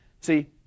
See